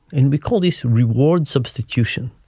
and we call this reward substitution.